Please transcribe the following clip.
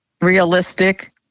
realistic